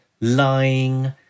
lying